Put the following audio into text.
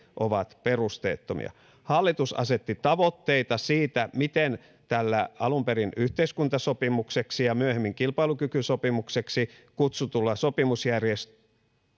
ovat perusteettomia hallitus asetti tavoitteita siitä miten tällä alun perin yhteiskuntasopimukseksi ja myöhemmin kilpailukykysopimukseksi kutsutulla sopimusjärjestelmällä